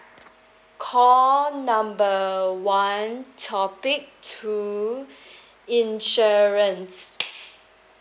call number one topic two insurance